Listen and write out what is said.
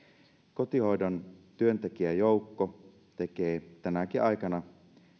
kotihoidon työntekijäjoukko tekee tänäkin aikana